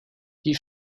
die